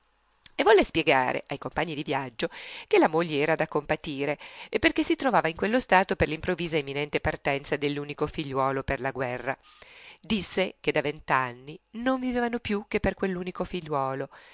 e volle spiegare ai compagni di viaggio che la moglie era da compatire perché si trovava in quello stato per l'improvvisa e imminente partenza dell'unico figliuolo per la guerra disse che da vent'anni non vivevano più che per quell'unico figliuolo